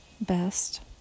best